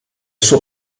suo